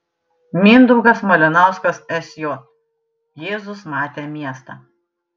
mindaugas malinauskas sj jėzus matė miestą